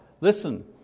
Listen